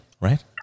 Right